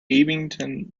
abington